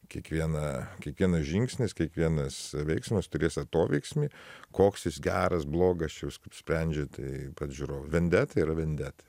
kiekviena kiekvienas žingsnis kiekvienas veiksmas turės atoveiksmį koks jis geras blogas jūs sprendžiat tai pat žiūrovai vendeta yra vendeta